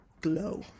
glow